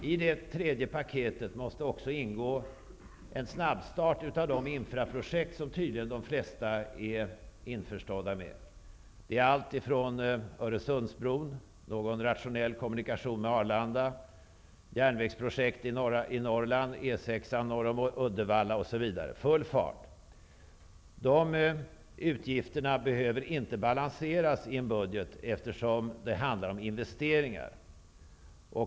I det tredje paketet måste också ingå en snabbstart av de infrastrukturprojekt som tydligen de flesta är införstådda med: Öresundsbron, rationella kommunikationer med Arlanda, järnvägsprojekt i Utgifter för dessa behöver inte balanseras i en budget, eftersom det handlar om investeringar.